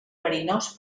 verinós